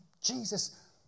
Jesus